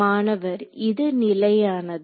மாணவர் இது நிலையானது